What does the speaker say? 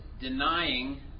denying